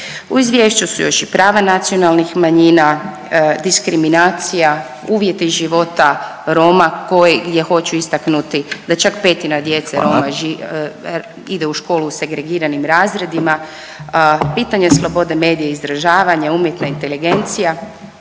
U izvješću su još i prava nacionalnih manjina, diskriminacija, uvjeti života Roma koji , ja hoću istaknuti da čak petina djece Roma … …/Upadica Radin: Hvala./… … ide u školu segregiranim razredima. Pitanje slobode medija i izražavanje, umjetna inteligencija